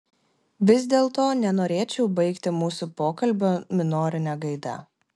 vis dėlto nenorėčiau baigti mūsų pokalbio minorine gaida